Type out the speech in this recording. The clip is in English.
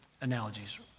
analogies